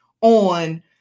on